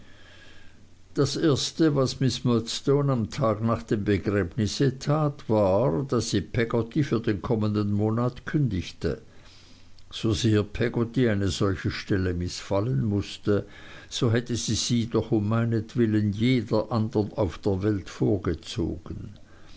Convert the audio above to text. das erste was miß murdstone am tag nach dem begräbnisse tat war daß sie peggotty für den kommenden monat kündigte so sehr peggotty eine solche stelle mißfallen mußte so hätte sie sie doch um meinetwillen jeder andern auf der welt vorgezogen